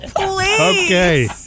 Okay